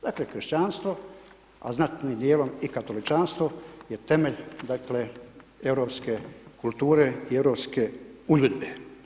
Dakle, kršćanstvo, a znatnim dijelom i katoličanstvo je temelj, dakle, europske kulture i europske uredbe.